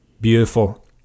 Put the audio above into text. Beautiful